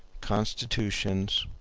constitutions,